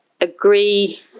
agree